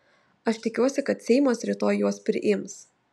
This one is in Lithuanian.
aš tikiuosi kad seimas rytoj juos priims